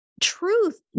Truth